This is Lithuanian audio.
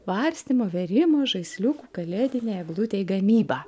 varstymo vėrimo žaisliukų kalėdinei eglutei gamyba